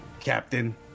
captain